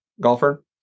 golfer